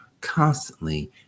constantly